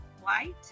White